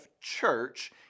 church